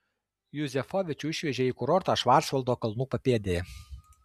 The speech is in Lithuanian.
juzefovičių išvežė į kurortą švarcvaldo kalnų papėdėje